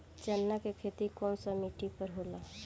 चन्ना के खेती कौन सा मिट्टी पर होला?